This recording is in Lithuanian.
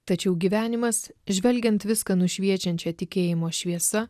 tačiau gyvenimas žvelgiant viską nušviečiančia tikėjimo šviesa